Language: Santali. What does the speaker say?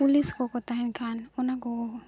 ᱯᱩᱞᱤᱥ ᱠᱚᱠᱚ ᱛᱟᱦᱮᱱ ᱠᱷᱟᱱ ᱚᱱᱟ ᱠᱚ